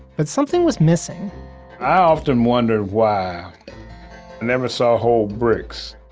but something was missing i often wondered why i never saw whole bricks.